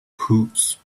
whose